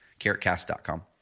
carrotcast.com